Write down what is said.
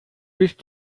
bist